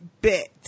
bit